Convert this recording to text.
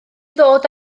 ddod